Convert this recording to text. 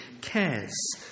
cares